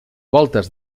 voltes